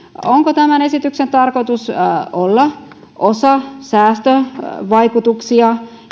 onko tämän esityksen tarkoitus olla osa säästövaikutuksia